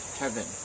heaven